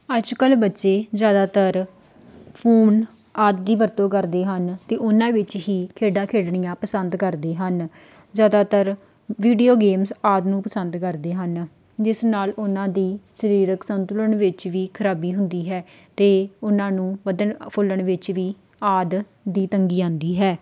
ਅੱਜ ਕੱਲ੍ਹ ਬੱਚੇ ਜ਼ਿਆਦਾਤਰ ਫ਼ੋਨ ਆਦਿ ਦੀ ਵਰਤੋਂ ਕਰਦੇ ਹਨ ਅਤੇ ਉਹਨਾਂ ਵਿੱਚ ਹੀ ਖੇਡਾਂ ਖੇਡਣੀਆਂ ਪਸੰਦ ਕਰਦੇ ਹਨ ਜ਼ਿਆਦਾਤਰ ਵੀਡੀਓ ਗੇਮਸ ਆਦਿ ਨੂੰ ਪਸੰਦ ਕਰਦੇ ਹਨ ਜਿਸ ਨਾਲ ਉਹਨਾਂ ਦੀ ਸਰੀਰਕ ਸੰਤੁਲਨ ਵਿੱਚ ਵੀ ਖ਼ਰਾਬੀ ਹੁੰਦੀ ਹੈ ਅਤੇ ਉਹਨਾਂ ਨੂੰ ਵਧਣ ਫੁੱਲਣ ਵਿੱਚ ਵੀ ਆਦਿ ਦੀ ਤੰਗੀ ਆਉਂਦੀ ਹੈ